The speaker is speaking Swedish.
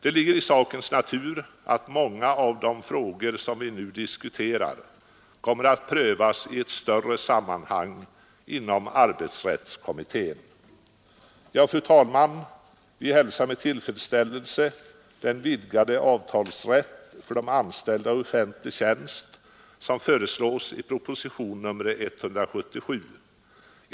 Det ligger i sakens natur att många av de frågor som vi nu diskuterar kommer att prövas i ett större sammanhang inom arbetsrättskommittén. Fru talman! Vi hälsar med tillfredsställelse den vidgade avtalsrätt för de anställda i offentlig tjänst som föreslås i propositionen 177.